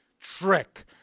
trick